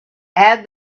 add